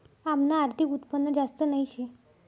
आमनं आर्थिक उत्पन्न जास्त नही शे